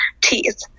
teeth